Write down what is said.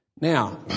Now